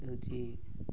ହେଉଛି